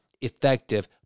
effective